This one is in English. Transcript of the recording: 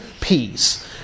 peace